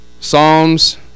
Psalms